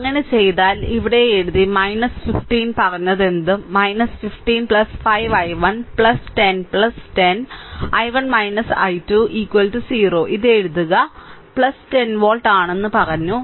അങ്ങനെ ചെയ്താൽ ഇവിടെ എഴുതി 15 പറഞ്ഞതെന്തും 15 5 I1 10 10 I1 I2 0 ഇത് എഴുതുക 10 വോൾട്ട് ആണെന്ന് പറഞ്ഞു